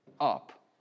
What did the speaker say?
up